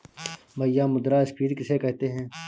भैया मुद्रा स्फ़ीति किसे कहते हैं?